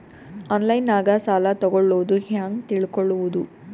ಆನ್ಲೈನಾಗ ಸಾಲ ತಗೊಳ್ಳೋದು ಹ್ಯಾಂಗ್ ತಿಳಕೊಳ್ಳುವುದು?